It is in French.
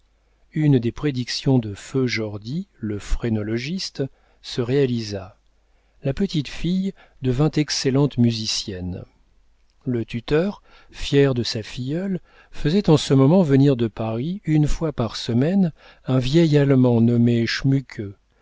une des prédictions de feu jordy le phrénologiste se réalisa la petite fille devint excellente musicienne le tuteur fier de sa filleule faisait en ce moment venir de paris une fois par semaine un vieil allemand nommé